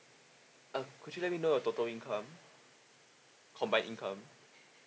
uh could you let me know your total income combined income